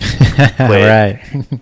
right